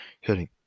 hitting